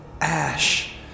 ash